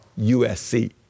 USC